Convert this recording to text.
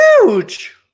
Huge